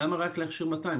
למה רק להכשיר 200?